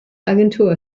agentur